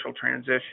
transition